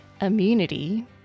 Immunity